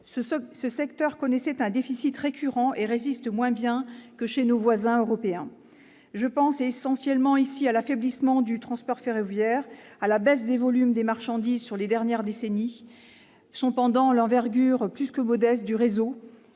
Ce secteur connaît un déficit récurrent et résiste moins bien que chez nos voisins européens. Je pense essentiellement ici à l'affaiblissement du transport ferroviaire et à la baisse des volumes de marchandises transportées ces dernières décennies. Pendant de cette situation, l'envergure plus que modeste du réseau